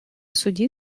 суді